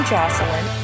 Jocelyn